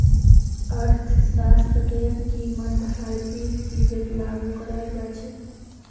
अर्थशास्त्रतेर कीमत हर एक चीजत लागू कराल जा छेक